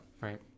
right